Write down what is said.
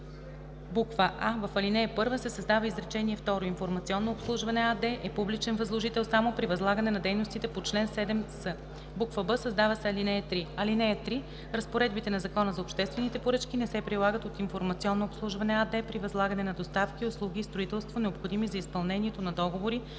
г.): а) в ал. 1 се създава изречение второ: „Информационно обслужване“ АД е публичен възложител само при възлагане на дейностите по чл. 7с.“; б) създава се ал. 3: „(3) Разпоредбите на Закона за обществените поръчки не се прилагат от „Информационно обслужване“ АД при възлагане на доставки, услуги и строителство, необходими за изпълнението на договори,